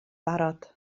barod